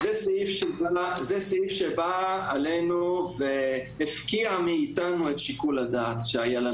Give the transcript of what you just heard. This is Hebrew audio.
זה סעיף שבא עלינו והפקיע מאיתנו את שיקול הדעת שהיה לנו.